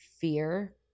fear